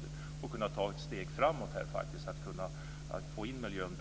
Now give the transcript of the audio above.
Vi skulle kunna ta ett steg framåt och bättre få in miljön